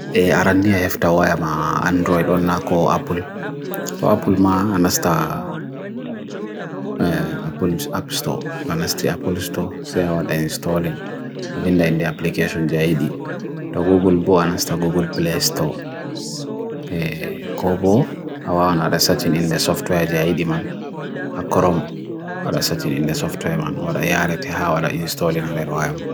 Arandia heftawaya ma Android onna ko Apple. To Apple ma Anastar App Store, Anastar Apple Store se awad a installin Avinda in the application jahidi. To Google Bua Anastar Google Play Store. Ko bo awa nada satin in the software jahidi man. Akorom wada satin in the software man. Wada yahare te hawada installin hale rawaya man.